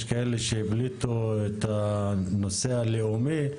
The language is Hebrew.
יש כאלה שהבליטו את הנושא הלאומי.